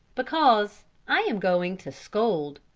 because i am going to scold.